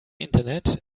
internet